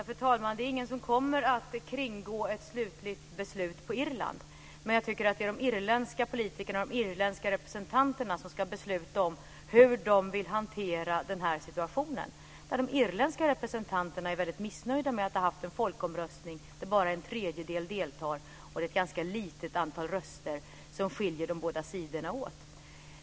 Fru talman! Det är ingen som kommer att kringgå ett slutligt beslut på Irland. Men jag tycker att det är de irländska politikerna och de irländska representanterna som ska besluta om hur de vill hantera den här situationen. De irländska representanterna är väldigt missnöjda med att ha haft en folkomröstning där bara en tredjedel deltog och där det var ett ganska litet antal röster som skilde de båda sidorna åt.